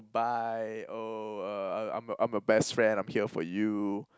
bye oh uh um I'm your I'm your best friend I'm here for you